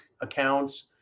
accounts